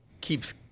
keeps